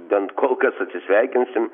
bent kol kas atsisveikinsim